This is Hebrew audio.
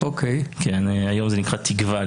היום זה נקרא תקווה,